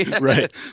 Right